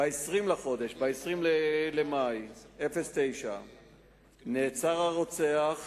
ב-20 במאי 2009 נעצר הרוצח,